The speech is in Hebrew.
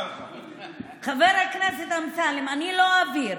חבר הכנסת אמסלם, אני לא אוויר.